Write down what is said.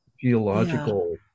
geological